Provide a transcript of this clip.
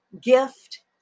gift